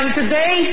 today